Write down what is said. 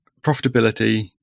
profitability